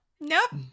Nope